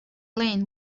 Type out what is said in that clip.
lane